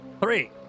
Three